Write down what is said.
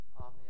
Amen